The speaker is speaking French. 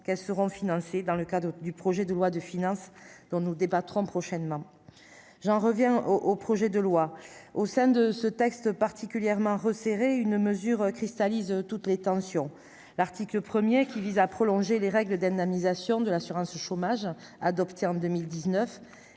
qu'elles seront financées dans le cadre du projet de loi de finances dont nous débattrons prochainement, j'en reviens au au projet de loi au sein de ce texte particulièrement resserré, une mesure cristallise toutes les tensions : l'article 1er qui vise à prolonger les règles d'indemnisation de l'assurance chômage, adoptée en 2019,